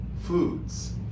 foods